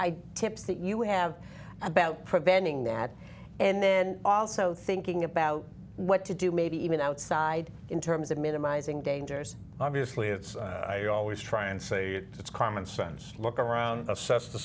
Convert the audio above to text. eye tips that you have about preventing that and then also thinking about what to do maybe even outside in terms of minimizing dangers obviously it's i always try and say it's common sense look around assess